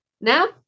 Now